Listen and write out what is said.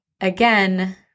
Again